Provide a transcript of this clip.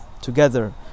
Together